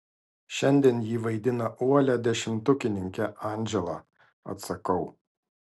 šiandien ji vaidina uolią dešimtukininkę andželą atsakau